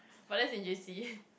but that's in J_C